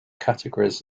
categories